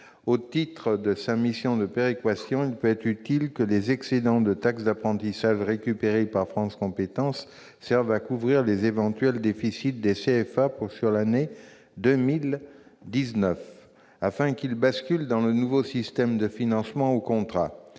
Au titre de sa mission de péréquation, il peut être utile que les excédents de taxe d'apprentissage récupérés par France compétences servent à couvrir les éventuels déficits des CFA sur l'année 2019, afin qu'ils basculent dans le nouveau système de financement « au contrat